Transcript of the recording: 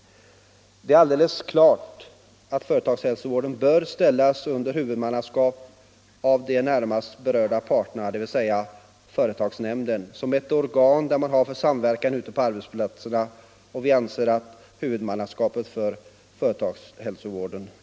Det är alldeles klart att företagshälsovården bör ställas under huvudmannaskap av de närmast berörda parterna, dvs. att företagsnämnden, som är det organ man har för samverkan ute på arbetsplatserna, bör få huvudmannaskapet för företagshälsovården.